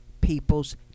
people's